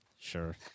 sure